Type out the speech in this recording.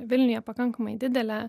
vilniuje pakankamai didelė